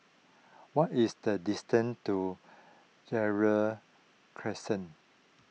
what is the distance to Gerald Crescent